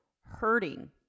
hurting